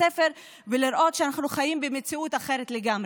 הספר ולראות שאנחנו חיים במציאות אחרת לגמרי?